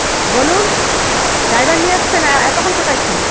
বলুন ড্রাইভার নিয়ে এসছেন এতক্ষণ কোথায় ছিলেন